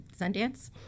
sundance